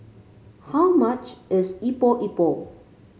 how much is Epok Epok